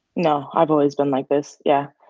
no, i've always been like this. yeah.